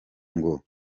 ngo